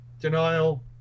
denial